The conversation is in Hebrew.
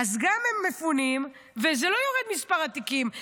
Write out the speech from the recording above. אז הם גם מפונים, ולא יורד מספר התיקים.